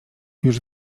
już